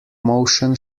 motion